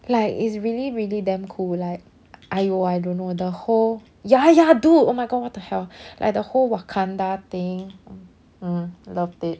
like it's really really damn cool like !aiyo! I don't know the whole ya ya dude oh my god what the hell like the whole wakanda thing mm loved it